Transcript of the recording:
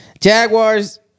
Jaguars